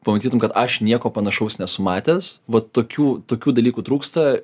pamatytum kad aš nieko panašaus nesu matęs vat tokių tokių dalykų trūksta